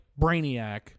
brainiac